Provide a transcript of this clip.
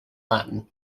latin